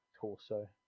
torso